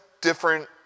different